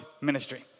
ministry